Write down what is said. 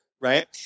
right